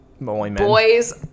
boys